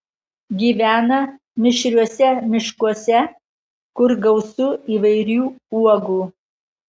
gyvena mišriuose miškuose kur gausu įvairių uogų